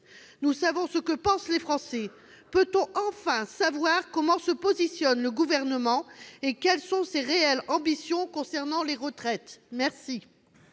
Nous savons ce que pensent les Français. Peut-on enfin savoir comment se positionne le Gouvernement et quelles sont ses réelles ambitions concernant les retraites ? Très